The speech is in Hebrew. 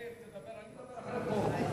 מאיר, אני אדבר אחרי פרוש.